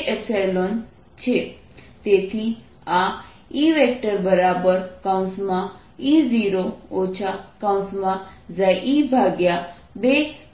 E E0 P20E0 e2eE0y